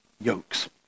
yokes